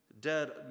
dead